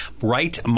right